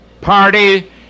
party